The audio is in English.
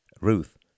Ruth